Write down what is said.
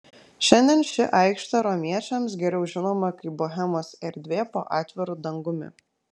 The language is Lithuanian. šiandien ši aikštė romiečiams geriau žinoma kaip bohemos erdvė po atviru dangumi